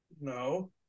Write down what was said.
No